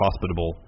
hospitable